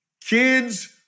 Kids